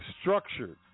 structured